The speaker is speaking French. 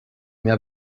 mais